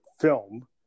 film